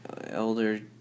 elder